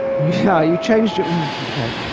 yeah ah, you changed it, um ok.